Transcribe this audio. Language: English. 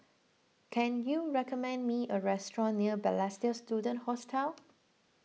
can you recommend me a restaurant near Balestier Student Hostel